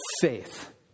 faith